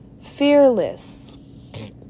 Fearless